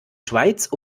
schweiz